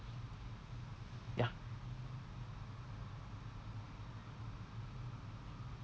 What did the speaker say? ya